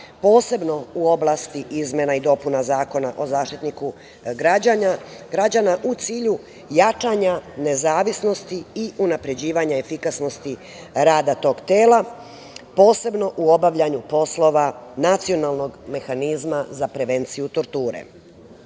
posebno u oblasti izmena i dopuna Zakona o Zaštitniku građana u cilju jačanja nezavisnosti i unapređivanja efikasnosti rada tog tela, posebno u obavljanju poslova nacionalnog mehanizma za prevenciju torture.